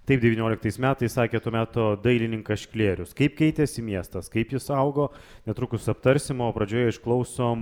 taip devynioliktais metais sakė tuo meto dailininkas šklėrius kaip keitėsi miestas kaip jis augo netrukus aptarsim o pradžioje išklausom